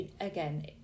again